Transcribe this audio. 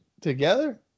together